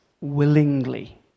willingly